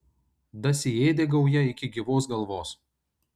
dasiėdė gauja iki gyvos galvos